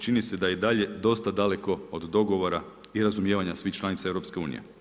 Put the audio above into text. Čini se da je i dalje dosta daleko od dogovora i razumijevanja svih članica EU.